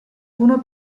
uno